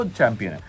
champion